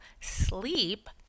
sleep